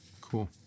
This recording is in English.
Cool